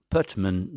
Putman